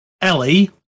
Ellie